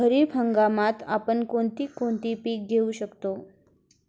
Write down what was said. खरीप हंगामात आपण कोणती कोणती पीक घेऊ शकतो?